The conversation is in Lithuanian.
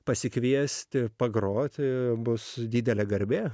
pasikviesti pagroti bus didelė garbė